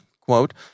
Quote